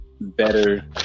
better